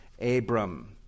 Abram